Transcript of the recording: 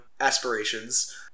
aspirations